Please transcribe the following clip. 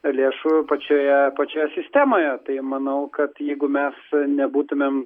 lėšų pačioje pačioje sistemoje tai manau kad jeigu mes nebūtumėm